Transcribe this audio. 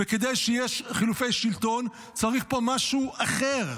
וכדי שיהיו חילופי שלטון צריך פה משהו אחר,